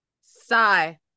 sigh